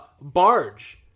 Barge